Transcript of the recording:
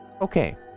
Okay